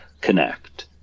connect